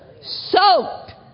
soaked